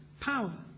power